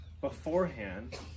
beforehand